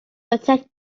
protect